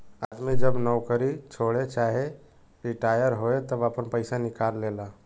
आदमी जब नउकरी छोड़े चाहे रिटाअर होए तब आपन पइसा निकाल लेला